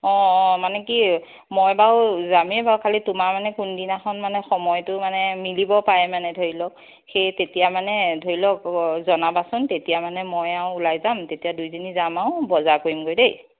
অ অ মানে কি মই বাৰু যামেই বাৰু খালি তোমাক মানে কোনদিনাখন মানে সময়টো মানে মিলিব পাৰে মানে ধৰি লওক সেই তেতিয়ামানে ধৰি লওক জনাবাচোন তেতিয়া মানে মই আৰু ওলাই যাম তেতিয়া দুইজনী যাম আৰু বজাৰ কৰিমগৈ দেই